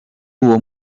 uwo